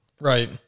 Right